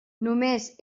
només